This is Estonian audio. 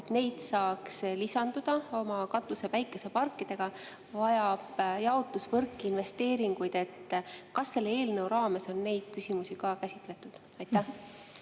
saaks lisanduda oma katusepäikeseparkidega, vajab jaotusvõrk investeeringuid. Kas selle eelnõu raames on neid küsimusi käsitletud? Aitäh!